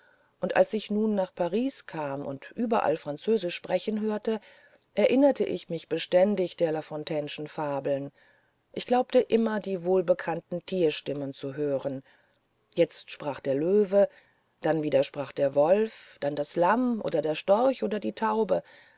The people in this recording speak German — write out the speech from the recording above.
und als ich nun nach paris kam und überall französisch sprechen hörte erinnerte ich mich beständig der lafontaineschen fabeln ich glaubte immer die wohlbekannten tierstimmen zu hören jetzt sprach der löwe dann wieder sprach der wolf dann das lamm oder der storch oder die taube